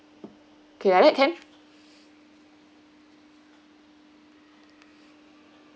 okay can